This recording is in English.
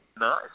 Nice